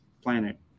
planet